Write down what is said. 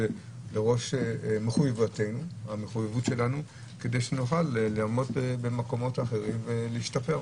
לראש המחויבות שלנו כדי שנוכל לעמוד במקומות אחרים ולהשתפר.